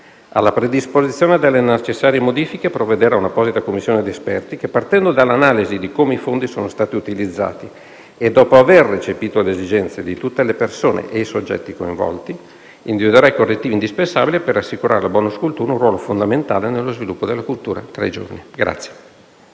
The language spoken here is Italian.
Alla predisposizione delle necessarie modifiche provvederà un'apposita commissione di esperti che, partendo dall'analisi di come i fondi sono stati utilizzati e dopo aver recepito le esigenze di tutte le persone e i soggetti coinvolti, individuerà i correttivi indispensabili per assicurare al *bonus* cultura un ruolo fondamentale nello sviluppo della cultura tra i giovani.